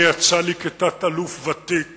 אני, יצא לי כתת-אלוף ותיק